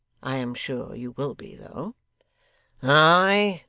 i am sure you will be though ay,